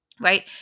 right